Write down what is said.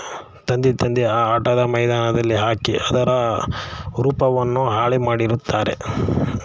ತಂದು ತಂದು ಆ ಆಟದ ಮೈದಾನದಲ್ಲಿ ಹಾಕಿ ಅದರ ರೂಪವನ್ನು ಹಾಳು ಮಾಡಿರುತ್ತಾರೆ